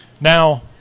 Now